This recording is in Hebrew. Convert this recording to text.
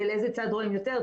באיזה צד רואים יותר,